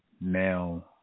now